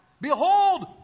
Behold